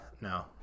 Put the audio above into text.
no